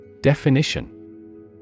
Definition